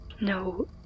No